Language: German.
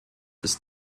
ist